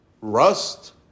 Rust